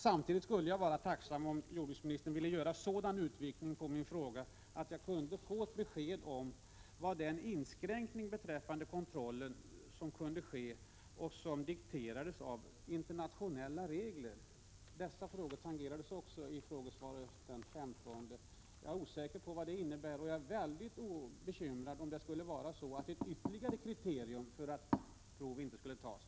Jag vore tacksam om jordbruksministern samtidigt ville göra en sådan utvikning med anledning av min fråga att jag kunde få ett besked om vad den inskränkning innebär som kunde ske beträffande kontrollen och som dikterades av internationella regler. Dessa frågor tangerades också i frågesvaret den 15 oktober. Jag är osäker på vad detta innebär, och jag är mycket bekymrad ifall det finns ytterligare kriterier för att prov inte skall tas.